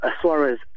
Suarez